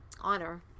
honor